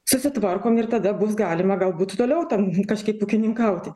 susitvarkom ir tada bus galima galbūt toliau ten kažkaip ūkininkauti